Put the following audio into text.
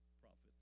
prophets